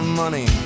money